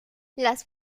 las